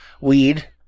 Weed